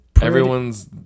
Everyone's